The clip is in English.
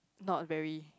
not very